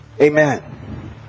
Amen